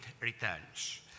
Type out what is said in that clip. returns